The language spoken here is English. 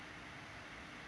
mm